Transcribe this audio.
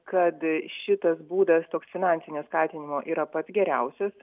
kad šitas būdas toks finansinio skatinimo yra pats geriausias